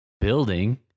building